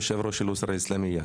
יושב ראש אוסרת אל איסלמיה,